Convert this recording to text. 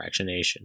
fractionation